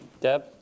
Deb